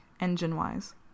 engine-wise